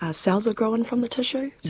ah cells are grown from the tissue.